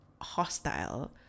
hostile